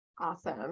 Awesome